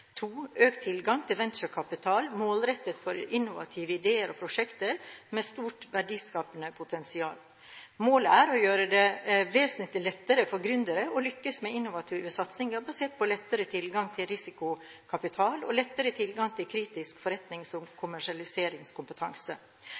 to hovedelementer i en slik kapitalreform: Økt tilgang til såkorn- og oppstartskapital for alle gründere – KapitalFUNN og gründerbørs. Økt tilgang til venturekapital, målrettet for innovative ideer og prosjekter med stort verdiskapende potensial. Målet er å gjøre det vesentlig lettere for gründere å lykkes med innovative satsinger basert på lettere tilgang til risikokapital og